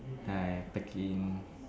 and I pack in